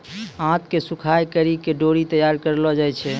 आंत के सुखाय करि के डोरी तैयार करलो जाय छै